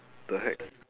the heck